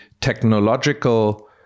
technological